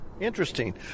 Interesting